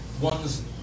one's